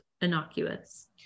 innocuous